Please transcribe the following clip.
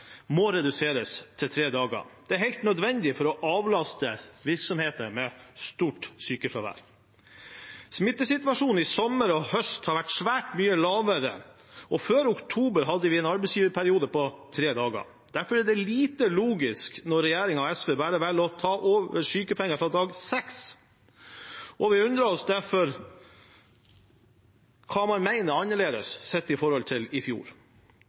må reduseres til tre dager. Det er helt nødvendig for å avlaste virksomheter med stort sykefravær. Smittetallene i sommer og høst har vært svært mye lavere, og før oktober hadde vi en arbeidsgiverperiode på tre dager. Derfor er det lite logisk når regjeringen og SV bare velger å la folketrygden ta over sykepenger fra dag nummer seks, og vi undrer oss over hva man mener er annerledes, sett i forhold til i fjor.